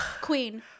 Queen